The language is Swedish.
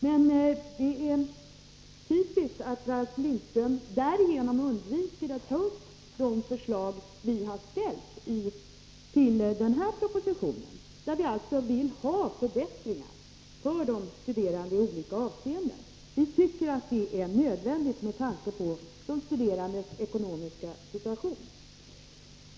Men det är typiskt att Ralf Lindström på det sättet undviker att ta upp de förslag vi har ställt i samband med den här propositionen. Vi vill alltså här ha till stånd förbättringar i olika avseenden för de studerande. Vi tycker att det är nödvändigt med tanke på de studerandes ekonomiska situation.